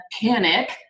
panic